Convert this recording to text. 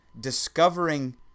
Discovering